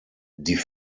die